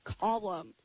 column